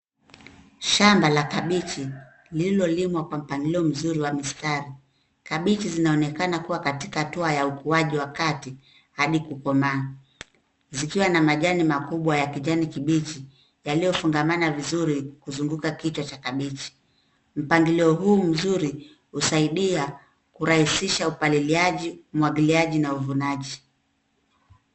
Shamba la kabichi liliolimwa kwa mpangilio mzuri wa mistari. Kabichi zinaonekana kuwa katika hatua ya ukuaji wa kati hadi kukomaa, zikiwa na majani makubwa ya kijani kibichi yaliyofungamana vizuri kuzunguka kichwa cha kabichi. Mpangilio huu mzuri husaidia kurahisisha upaliliaji, umuagiliaji na ufunaji.